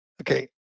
Okay